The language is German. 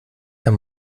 herr